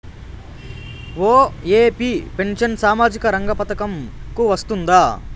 OAP pension సామాజిక రంగ పథకం కు వస్తుందా?